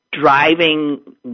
driving